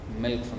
milk